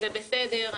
זה בסדר,